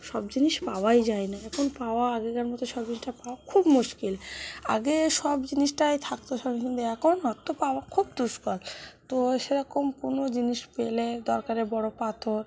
সব জিনিস পাওয়াই যায় না এখন পাওয়া আগেকার মতো সব জিনিসটা পাওয়া খুব মুশকিল আগে সব জিনিসটাই থাকত সব কিন্তু এখন অত পাওয়া খুব দুষ্কর তো সেরকম কোনো জিনিস পেলে দরকারে বড় পাথর